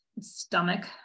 stomach